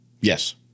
Yes